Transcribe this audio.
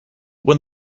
when